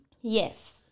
Yes